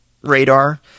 radar